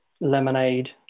Lemonade